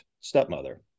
stepmother